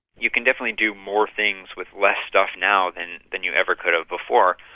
you can definitely do more things with less stuff now than than you ever could have before.